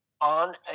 on